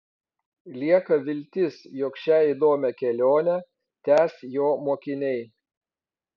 lieka viltis jog šią įdomią kelionę tęs jo mokiniai